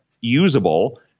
usable